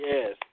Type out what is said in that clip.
Yes